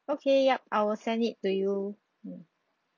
okay yup I will send it to you mm